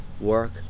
work